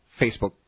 Facebook